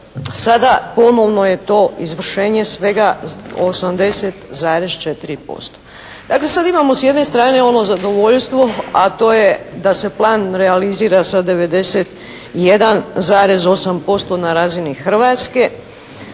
sada ponovno je to izvršenje svega 80,4%. Dakle, sada imamo s jedne strane ono zadovoljstvo, a to je da se plan realizira sa 91,8% na razini Hrvatske.